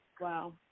Wow